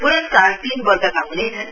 पुरस्कार तीन वर्गका हुनेछन्